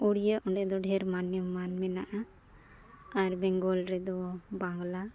ᱩᱲᱤᱭᱟᱹ ᱚᱸᱰᱮ ᱫᱚ ᱰᱷᱮᱹᱨ ᱢᱟᱱᱱᱚ ᱢᱟᱱ ᱢᱮᱱᱟᱜᱼᱟ ᱟᱨ ᱵᱮᱝᱜᱚᱞ ᱨᱮᱫᱚ ᱵᱟᱝᱞᱟ